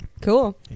Cool